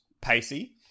pacey